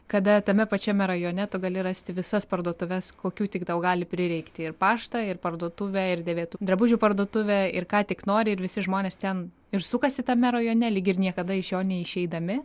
kada tame pačiame rajone tu gali rasti visas parduotuves kokių tik tau gali prireikti ir paštą ir parduotuvę ir dėvėtų drabužių parduotuvę ir ką tik nori ir visi žmonės ten ir sukasi tame rajone lyg ir niekada iš jo neišeidami